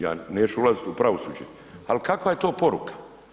Ja neću ulaziti u pravosuđe, ali kakva je to poruka?